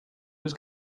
was